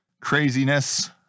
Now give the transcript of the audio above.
craziness